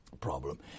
problem